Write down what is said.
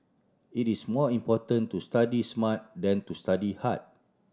it is more important to study smart than to study hard